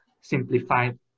simplified